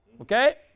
Okay